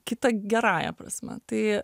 kita gerąja prasme tai